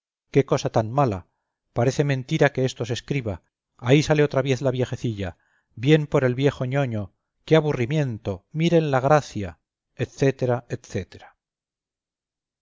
qué cosa tan mala parece mentira que esto se escriba ahí sale otra vez la viejecilla bien por el viejo ñoño qué aburrimiento miren la gracia